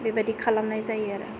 बेबादि खालामनाय जायो आरो